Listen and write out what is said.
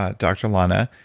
ah dr. lana,